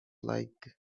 like